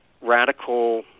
radical